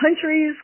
countries